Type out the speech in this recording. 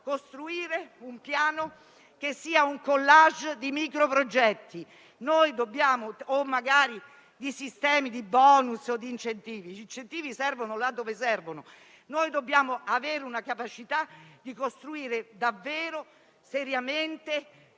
costruire un piano che non sia un *collage* di microprogetti o magari di sistemi di *bonus* o di incentivi, che servono laddove servono. Dobbiamo avere la capacità di costruire davvero seriamente,